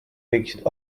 võiksid